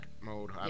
mode